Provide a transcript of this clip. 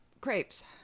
crepes